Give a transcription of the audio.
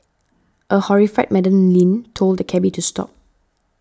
a horrified Madam Lin told the cabby to stop